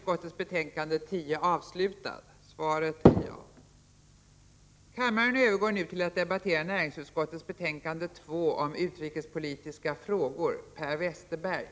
Kammaren övergår nu till att debattera finansutskottets betänkande 7 om bosparande för ungdomar och andra sparfrågor.